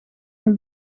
een